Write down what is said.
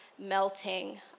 melting